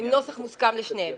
מוסכם לשניהם.